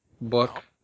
book